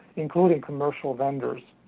including commercial vendors.